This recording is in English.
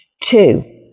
two